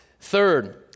Third